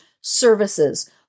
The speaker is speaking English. services